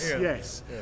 yes